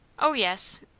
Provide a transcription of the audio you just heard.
o yes.